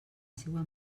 seua